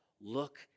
look